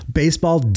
baseball